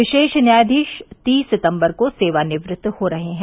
विशेष न्यायाधीश तीस सितम्बर को सेवानिवृत्त हो रहे हैं